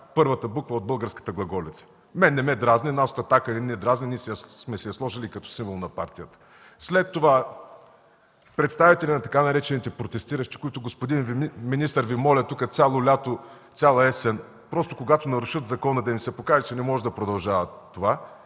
първата буква от българската Глаголица. Мен не ме дразни. Нас, от „Атака“, не ни дразни, ние сме си я сложили като символ на партията. След това представители на така наречените „протестиращи“, които, господин министър, Ви моля, тука цяло лято, цяла есен, просто, когато нарушат закона, да им се покаже, че не може да продължават това